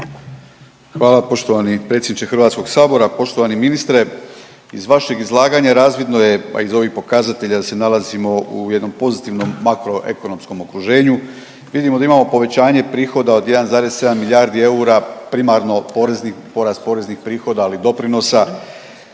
Hvala poštovani predsjedniče HS. Poštovani ministre, iz vašeg izlaganja razvidno je, pa i iz ovih pokazatelja da se nalazimo u jednom pozitivnom makroekonomskom okruženju, vidimo da imamo povećanje prihoda od 1,7 milijardi eura, primarno porast poreznih prihoda, ali i doprinosa,